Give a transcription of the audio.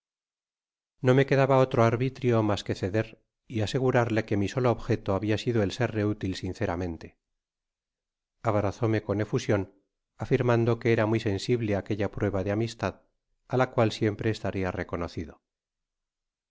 no mo quedaba otro arbitrio mas que ceder y asegurarle qhe mi solo objeto habia sido el serle útil sinceramente abrazóme con efusion afirmando que era muy sensible á aquella prueba de amistad á la cual siempre estaria reconocido